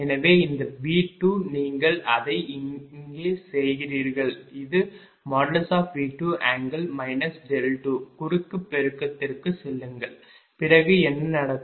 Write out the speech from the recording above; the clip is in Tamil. எனவே இந்த V2 நீங்கள் அதை இங்கே செய்கிறீர்கள் இது V2∠ 2 குறுக்கு பெருக்கத்திற்கு செல்லுங்கள் பிறகு என்ன நடக்கும்